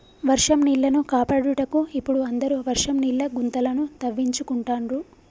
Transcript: వర్షం నీళ్లను కాపాడుటకు ఇపుడు అందరు వర్షం నీళ్ల గుంతలను తవ్వించుకుంటాండ్రు